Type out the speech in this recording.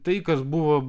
tai kas buvo